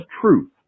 truth